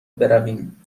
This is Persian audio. برویم